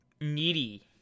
needy